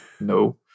no